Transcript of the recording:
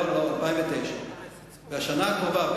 לא, 2009. בשנה הקרובה,